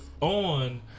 on